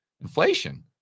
Inflation